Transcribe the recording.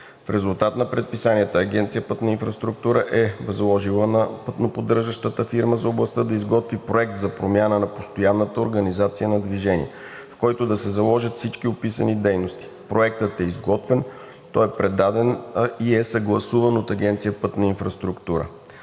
В резултат на предписанията Агенция „Пътна инфраструктура“ е възложила на пътноподдържащата фирма за областта да изготви проект за промяна на постоянната организация на движение, в който да се заложат всички описани дейности. Проектът е изготвен. Той е предаден и е съгласуван от Агенция „Пътна инфраструктура“.